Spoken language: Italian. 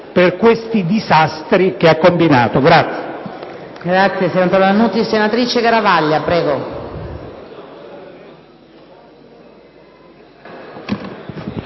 per questi disastri che ha combinato.